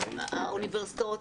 האוניברסיטאות,